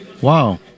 Wow